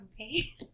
okay